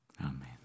Amen